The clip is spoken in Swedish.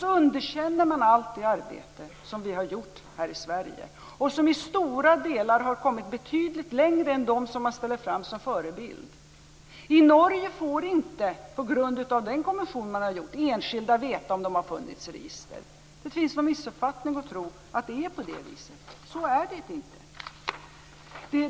Så underkänner man allt det arbete som vi har gjort här i Sverige och som i stora delar har kommit betydligt längre än det som man ställer fram som förebild. I Norge får inte, på grund av vad den kommissionen har gjort, enskilda veta om de har funnits i register. Det är en missuppfattning att tro att det är på det viset. Så är det inte.